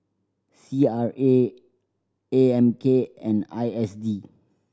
C R A A M K and I S D